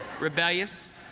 rebellious